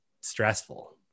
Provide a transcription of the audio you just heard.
stressful